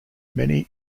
many